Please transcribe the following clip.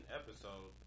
episode